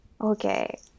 okay